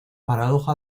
paradoja